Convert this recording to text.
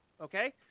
okay